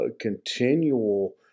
continual